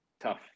Tough